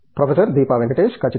professor Deepa Venkatesh ఖచ్చితంగా